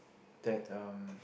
that um